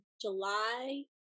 July